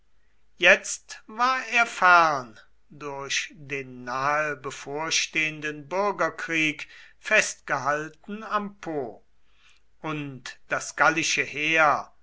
jetzt war er fern durch den nahe bevorstehenden bürgerkrieg festgehalten am po und das gallische heer